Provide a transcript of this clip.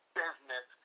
business